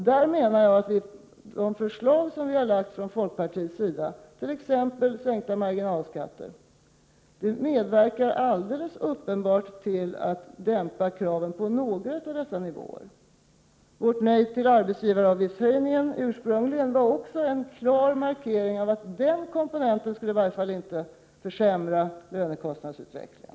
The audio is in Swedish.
De förslag som vi från folkpartiets sida lagt fram, t.ex. om en sänkning av marginalskatterna, medverkar alldeles uppenbart till att dämpa kraven på några av dessa nivåer. Vårt nej till förslaget om arbetsgivaravgiftshöjningen ursprungligen var också en klar markering av att i varje fall den komponenten inte skulle få försämra lönekostnadsutvecklingen.